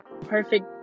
perfect